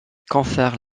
confère